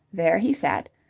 there he sat,